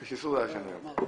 יש איסור לעשן גם.